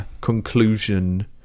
conclusion